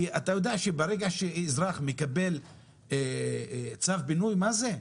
כי אתה יודע שברגע שאזרח מקבל צו פינוי, מה זה?